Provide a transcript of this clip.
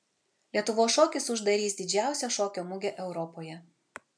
lietuvos šokis uždarys didžiausią šokio mugę europoje